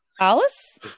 Alice